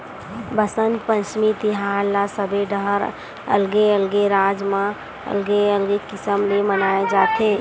बसंत पंचमी तिहार ल सबे डहर अलगे अलगे राज म अलगे अलगे किसम ले मनाए जाथे